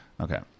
Okay